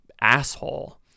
asshole